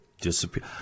disappear